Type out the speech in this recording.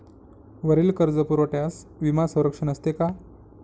वरील कर्जपुरवठ्यास विमा संरक्षण असते का?